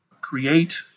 create